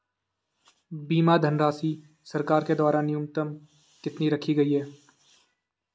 बीमा धनराशि सरकार के द्वारा न्यूनतम कितनी रखी गई है?